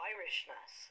Irishness